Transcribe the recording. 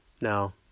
No